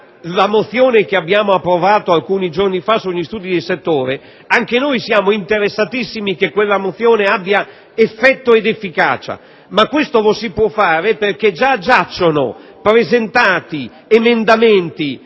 la mozione che abbiamo approvato alcuni giorni fa sugli studi di settore, anche noi siamo molto interessati a che quella mozione abbia effetto ed efficacia, ma questo lo si può fare perché già sono stati presentati emendamenti